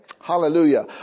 Hallelujah